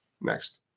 next